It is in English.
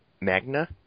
Magna